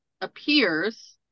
appears